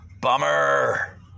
bummer